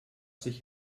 sich